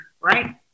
right